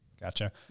gotcha